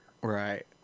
Right